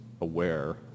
aware